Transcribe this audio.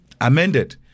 amended